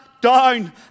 down